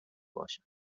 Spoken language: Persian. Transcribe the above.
باشد